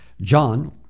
John